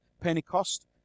Pentecost